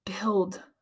build